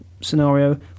scenario